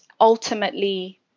ultimately